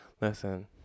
Listen